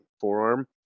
forearm